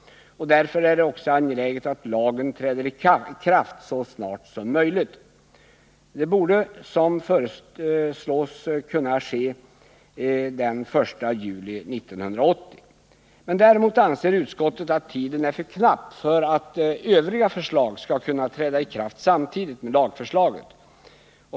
Därför är det också angeläget att lagen träder i kraft så snart som möjligt. Det borde, som föreslås, kunna ske den 1 juli 1980. Däremot anser utskottet att tiden är för knapp för-att övriga förslag skall kunna träda i kraft samtidigt med lagförslaget.